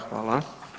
Hvala.